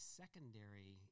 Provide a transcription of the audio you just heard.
secondary